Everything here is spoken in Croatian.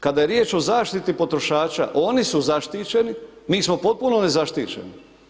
Kada je riječ o zaštiti potrošača, oni su zaštićeni, mi smo potpuno nezaštićeni.